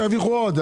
שירוויחו עוד.